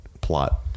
plot